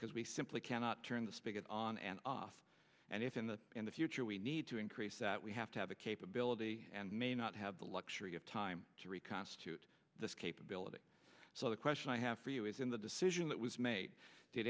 because we simply cannot turn the spigot on and off and if in the in the future we need to increase that we have to have the capability and may not have the luxury of time to reconstitute this capability so the question i have for you is in the decision that was made did